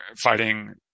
fighting